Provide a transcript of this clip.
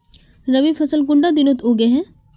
रवि फसल कुंडा दिनोत उगैहे?